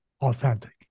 authentic